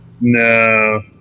No